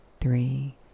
three